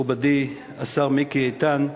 מכובדי השר מיקי איתן,